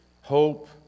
hope